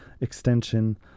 extension